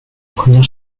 première